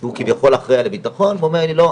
שהוא כביכול אחראי על הבטחון והוא אומר לי 'לא,